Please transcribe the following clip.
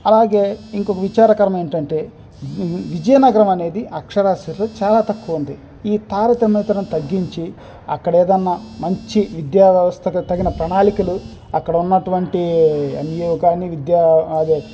అలాగే ఇంకొక విచారకరం ఏంటంటే విజయనగరం అనేది అక్షరాస్యలో చాలా తక్కువ ఉంది ఈ తారతమ్యతను తగ్గించి అక్కడ ఏదైనా మంచి విద్యావ్యవస్థకి తగిన ప్రణాళికలు అక్కడ ఉన్నటువంటి ఎంయూ కానీ విధ్యా అదే